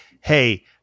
hey